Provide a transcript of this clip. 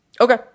Okay